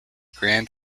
grand